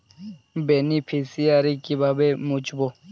Beneficiary কিভাবে মুছব?